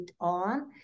on